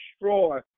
destroy